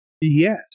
Yes